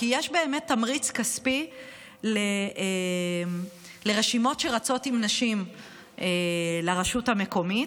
כי יש באמת תמריץ כספי לרשימות שרצות עם נשים לרשות המקומית,